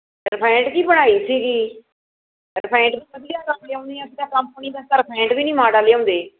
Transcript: refined ਦੀ ਬਣਾਈ ਸੀਗੀ ਰਿਫੈਂਡ ਦੀ ਵਧੀਆ ਕੰਪਨੀ ਦਾ ਅਸੀਂ ਤਾਂ ਰਿਫੈਂਡ ਵੀ ਨਹੀਂ ਮਾੜਾ ਲਿਆਉਂਦੇ